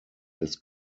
des